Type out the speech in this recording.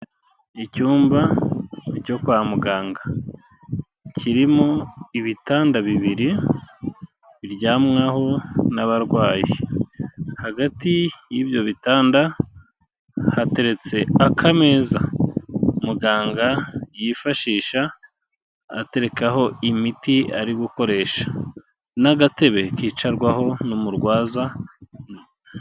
Icyumba cyo kwa muganga kirimo ibitanda bibiri biryamwaho n'abarwayi, hagati y'ibyo bitanda hateretse akameza muganga yifashisha aterekaho imiti ari gukoresha n'agatebe kicarwaho n'umurwaza.